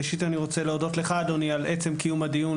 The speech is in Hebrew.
ראשית אני רוצה להודות לך אדוני על עצם קיום הדיון,